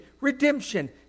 redemption